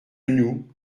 nous